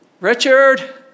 Richard